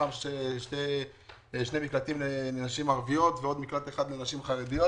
מתוכם שני מקלטים לנשים ערביות ועוד מקלט אחד לנשים חרדיות,